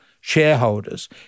shareholders